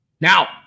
Now